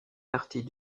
partie